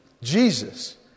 Jesus